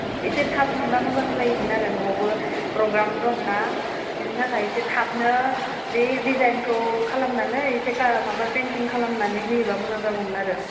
औ इसे थाब मोनबा मोजां जायोमोन आरो न'आवबो प्रग्राम दंना बेनि थाखाय इसे थाबनो बे डिजाइनखौ खालामनानै इसे माबा पेइन्टिं खालामनानै होयोबा मोजां जागौमोन आरो